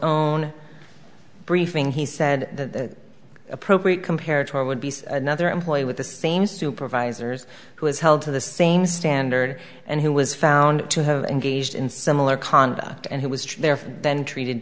own briefing he said the appropriate compared to a would be another employee with the same supervisors who is held to the same standard and who was found to have engaged in similar conduct and who was there then treated